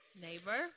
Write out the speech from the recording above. Neighbor